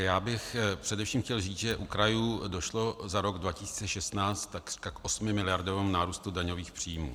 Já bych především chtěl říct, že u krajů došlo za rok 2016 takřka k osmimiliardovému nárůstu daňových příjmů.